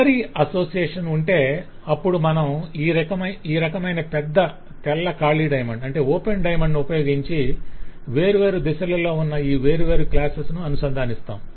ఎన్ ary association ఉంటే అప్పుడు మనం ఈ రకమైన పెద్ద తెల్ల ఖాళీ డైమండ్ ను ఉపయోగించి వేర్వేరు దిశలలో ఉన్న ఈ వేర్వేరు క్లాసెస్ ను అనుసంధానిస్తాము